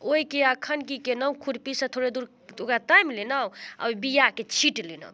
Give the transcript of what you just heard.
ओहिके एखन कि केलहुँ खुरपीसँ थोड़े दूर ओकरा तामि लेलहुँ आओर ओहि बिआके छीटि लेलहुँ